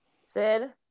sid